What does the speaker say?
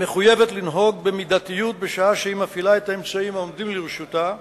מחויבת לנהוג במידתיות בשעה שהיא מפעילה את האמצעים העומדים לרשותה,